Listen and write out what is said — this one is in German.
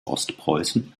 ostpreußen